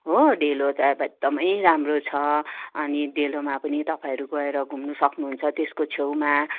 हो डेलो त अब एकदमै राम्रो छ अनि डेलोमा पनि तपाईँहरू गएर घुम्नु सक्नु हुन्छ त्यसको छेउमा